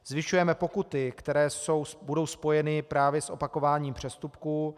Zvyšujeme pokuty, které budou spojeny právě s opakováním přestupků.